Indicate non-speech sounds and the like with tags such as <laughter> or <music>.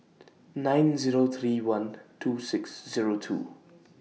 <noise> nine Zero three one <noise> two six Zero two <noise>